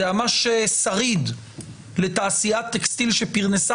זה ממש שריד לתעשיית טקסטיל שפרנסה